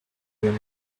young